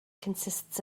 consists